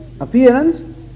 appearance